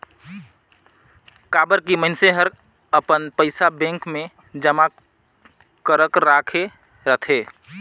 काबर की मइनसे हर अपन पइसा बेंक मे जमा करक राखे रथे